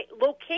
location